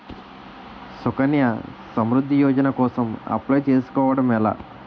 సుకన్య సమృద్ధి యోజన కోసం అప్లయ్ చేసుకోవడం ఎలా?